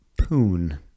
Poon